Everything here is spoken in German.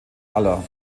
aller